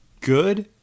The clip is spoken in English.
good